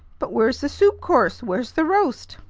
but where's the soup course? where's the roast?